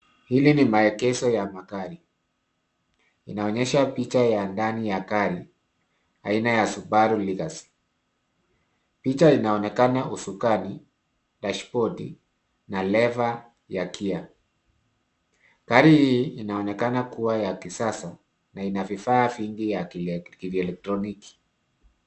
Hili ni maekezo ya magari. Inaonesha picha ya ndani ya gari aina ya Subaru Legacy . Picha inaonekana usukani, dashibodi na lever ya gear . Gari hii inaonekana kuwa ya kisasa na ina vifaa vingi ya kielektroniki.